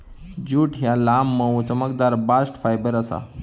jute ह्या लांब, मऊ, चमकदार बास्ट फायबर आसा